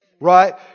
right